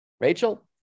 Rachel